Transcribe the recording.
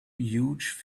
huge